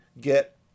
get